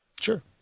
Sure